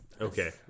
Okay